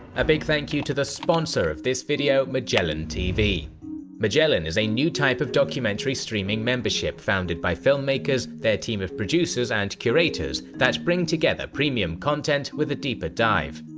a big thank you to the sponsor of this video, magellantv! magellan is a new type of documentary streaming membership founded by filmmakers, their team of producers and curators that bring together premium content with a deeper dive.